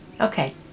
Okay